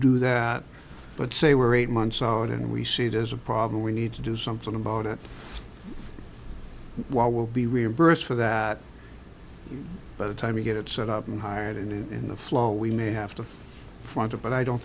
do that but say were eight months out and we see it as a problem we need to do something about it while we'll be reimbursed for that by the time we get it set up and hired and in the flow we may have to front up but i don't